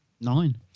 Nine